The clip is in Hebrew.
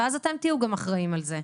ואז גם אתם תהיו אחראיים על זה.